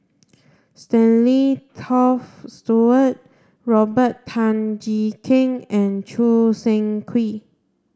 Stanley Toft Stewart Robert Tan Jee Keng and Choo Seng Quee